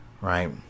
right